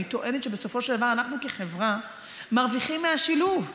אני טוענת שבסופו של דבר אנחנו כחברה מרוויחים מהשילוב,